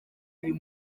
uyu